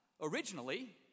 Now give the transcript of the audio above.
originally